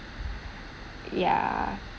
ya